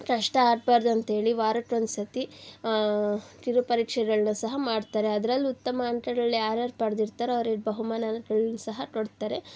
ಕಷ್ಟ ಆಗಬಾರ್ದು ಅಂತೇಳಿ ವಾರಕ್ಕೆ ಒಂದು ಸರ್ತಿ ಕಿರು ಪರೀಕ್ಷೆಗಳನ್ನ ಸಹ ಮಾಡ್ತಾರೆ ಅದರಲ್ಲಿ ಉತ್ತಮ ಅಂಕಗಳು ಯಾರು ಯಾರು ಪಡ್ದಿರ್ತಾರೋ ಅವ್ರಿಗೆ ಬಹುಮಾನಗಳ್ನ ಸಹ ಕೊಡ್ತಾರೆ